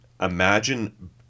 Imagine